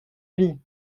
vie